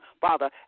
Father